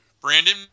Brandon